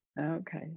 Okay